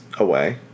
away